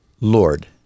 Lord